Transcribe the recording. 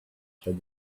said